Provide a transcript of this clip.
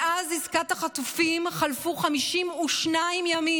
מאז עסקת החטופים חלפו 52 ימים.